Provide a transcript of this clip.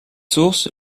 source